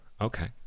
Okay